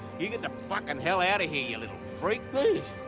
you get the fucken hell out of here you little freak! please.